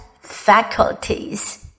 faculties